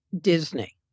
Disney